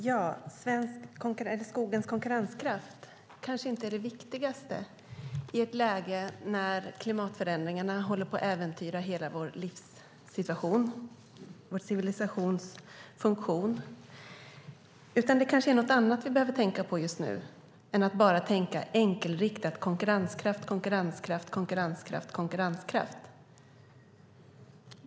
Herr talman! Skogens konkurrenskraft kanske inte är det viktigaste i ett läge när klimatförändringarna håller på att äventyra hela vår livssituation och vår civilisations funktion. Det kanske är något annat vi behöver tänka på just nu i stället för att bara tänka enkelriktat: konkurrenskraft, konkurrenskraft, konkurrenskraft, konkurrenskraft.